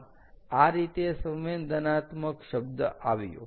આમ આ રીતે સંવેદનાત્મક સેન્સીબલ sensible શબ્દ આવ્યો